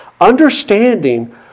Understanding